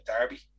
derby